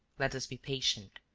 let us be patient.